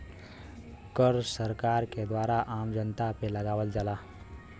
कर सरकार के द्वारा आम जनता पे लगावल जाला